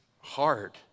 hard